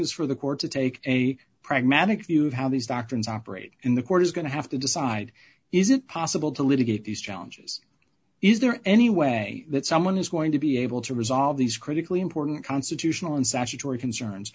is for the court to take a pragmatic view of how these doctrines operate in the court is going to have to decide is it possible to litigate these challenges is there any way that someone is going to be able to resolve these critically important constitutional and